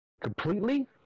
completely